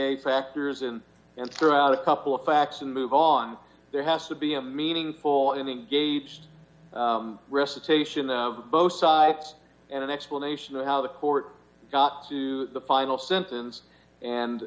eight factors in and threw out a couple of facts and move on there has to be a meaningful engaged recitation the both sides and an explanation of how the court got to the final symptoms and